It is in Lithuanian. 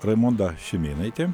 raimonda šimėnaitė